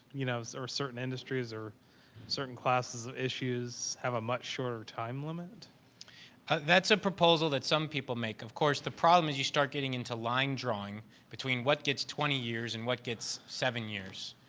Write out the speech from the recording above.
you know, or certain industries or certain classes of issues have a much shorter time limit? ravicher that's a proposal that some people make. of course, the problem is you start getting into line drawing between what gets twenty years and what gets seven years.